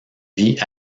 vit